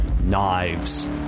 knives